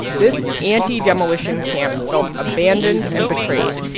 this anti-demolition camp felt abandoned and betrayed.